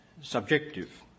subjective